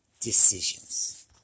decisions